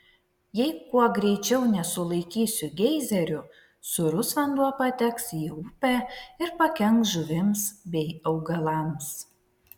jei kuo greičiau nesulaikysiu geizerių sūrus vanduo pateks į upę ir pakenks žuvims bei augalams